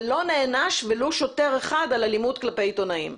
ולא נענש ולו שוטר אחד על אלימות כלפי עיתונאים.